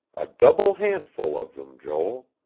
a double handful of them, joel.